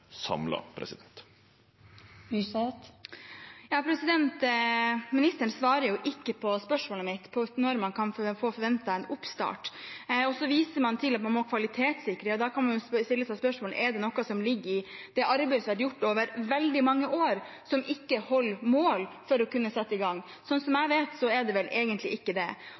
Ministeren svarer ikke på spørsmålet mitt om når man kan forvente en oppstart, men viser til at man må kvalitetssikre. Da kan man stille seg spørsmålet om det er noe ved det arbeidet som har vært gjort over veldig mange år, som ikke holder mål for å kunne sette i gang. Ut fra det jeg vet, er det egentlig ikke det.